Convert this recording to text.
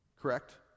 correct